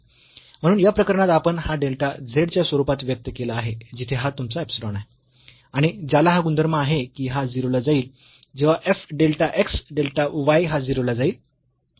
म्हणून या प्रकरणात आपण हा डेल्टा z या स्वरूपात व्यक्त केला आहे जिथे हा तुमचा इप्सिलॉन आहे आणि ज्याला हा गुणधर्म आहे की हा 0 ला जाईल जेव्हा f delta x delta y हा 0 ला जाईल